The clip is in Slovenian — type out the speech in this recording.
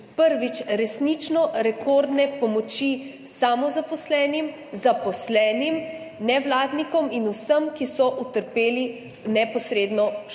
resnično rekordne pomoči samozaposlenim, zaposlenim, nevladnikom in vsem, ki so utrpeli neposredno škodo,